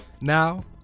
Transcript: Now